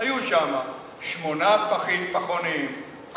היו שם שמונה פחונים,